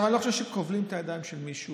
אני לא חושב שכובלים את הידיים של מישהו